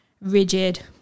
rigid